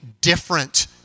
different